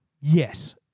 Yes